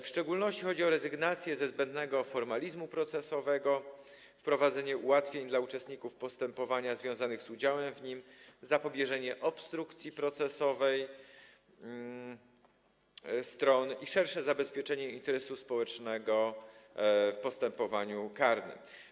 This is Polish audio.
W szczególności chodzi o rezygnację ze zbędnego formalizmu procesowego, wprowadzenie ułatwień dla uczestników postępowania związanych z udziałem w nim, zapobieżenie obstrukcji procesowej stron i szersze zabezpieczenie interesu społecznego w postępowaniu karnym.